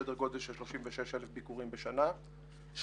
סדר גודל של 36,000 ביקורים בשנה שמרביתם,